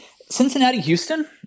Cincinnati-Houston